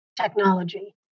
technology